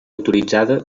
autoritzada